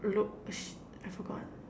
loo~ shit I forgot